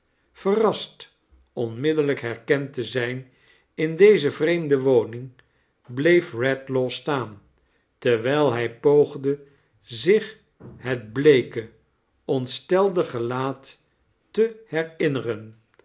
verrast onmiddellijk herkend te zijn in deze vreemde woning bleef redlaw staan terwijl hij poogde zich het bleeke ontetelde gelaat te herinneren